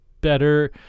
better